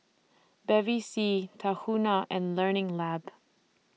Bevy C Tahuna and Learning Lab